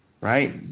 right